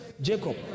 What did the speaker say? Jacob